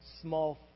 small